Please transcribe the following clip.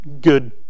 good